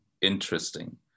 interesting